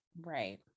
Right